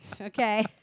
Okay